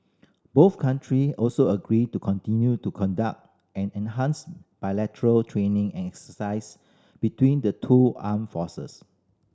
both country also agreed to continue to conduct and enhance bilateral training and exercise between the two armed forces